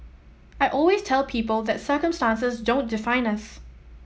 I always tell people that circumstances don't define us